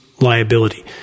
liability